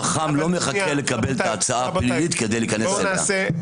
חכם לא מחכה לקבל את ההצעה הפלילית כדי להיכנס --- רבותיי,